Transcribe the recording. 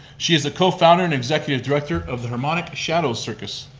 she is a co-founder and executive director of the harmonic shadow circus,